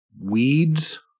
Weeds